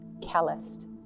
calloused